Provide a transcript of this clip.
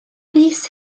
bys